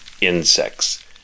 insects